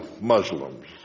Muslims